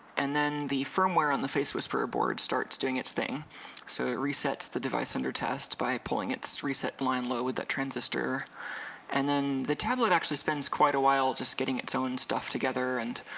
and then the firmware on the face whisper board starts doing its thing so it resets the device under test by pulling its reset line load that transistor and then the tablet actually spends quite a while just getting getting its own stuff together and